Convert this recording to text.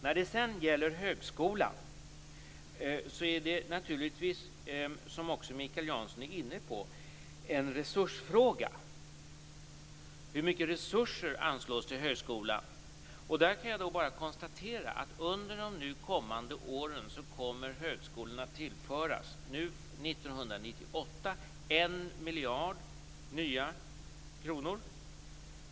När det gäller högskolan är detta en resursfråga, och det är ju Mikael Janson också inne på. Hur mycket resurser anslås till högskolan? Där kan jag bara konstatera att under de nu kommande åren kommer högskolan att tillföras nya pengar. För år 1998 handlar det om en miljard nya kronor.